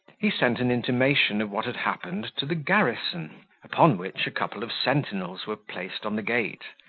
he sent an intimation of what had happened to the garrison upon which a couple of sentinels were placed on the gate,